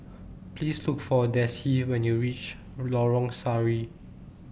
Please Look For Dessie when YOU REACH Lorong Sari